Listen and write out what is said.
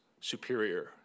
superior